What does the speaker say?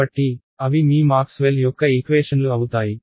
కాబట్టి అవి మీ మాక్స్వెల్ యొక్క ఈక్వేషన్లు అవుతాయి